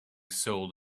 sold